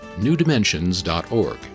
newdimensions.org